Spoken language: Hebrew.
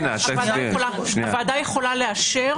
הוועדה יכולה לאשר.